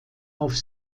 auf